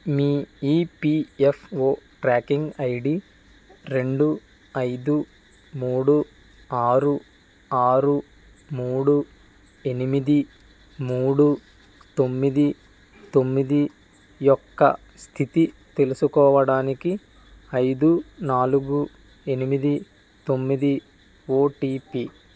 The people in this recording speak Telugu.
మీ ఈపీఎఫ్ఓ ట్రాకింగ్ ఐడి రెండు ఐదు మూడు ఆరు ఆరు మూడు ఎనిమిది మూడు తొమ్మిది తొమ్మిది యొక్క స్థితి తెలుసుకోవడానికి ఐదు నాలుగు ఎనిమిది తొమ్మిది ఓటీపీ